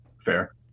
fair